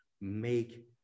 Make